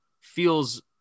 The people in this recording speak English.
feels